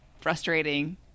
frustrating